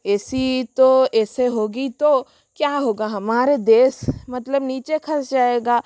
ऐसी तो ऐसे होगी तो क्या होगा हमारे देश मतलब नीचे खस जाएगा